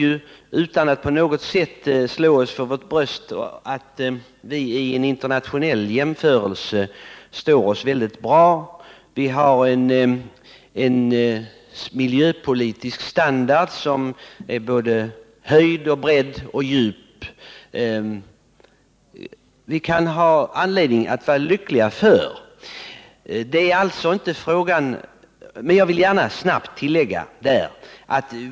Utan att på något sätt slå oss för vårt bröst vet vi att vi vid en internationell jämförelse står oss väldigt bra. Vår miljöpolitik har höjd, bredd och djup, vilket vi har anledning att vara nöjda med.